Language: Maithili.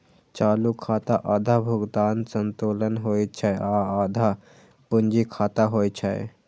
चालू खाता आधा भुगतान संतुलन होइ छै आ आधा पूंजी खाता होइ छै